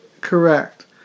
correct